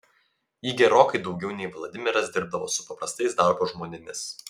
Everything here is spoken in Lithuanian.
ji gerokai daugiau nei vladimiras dirbdavo su paprastais darbo žmonėmis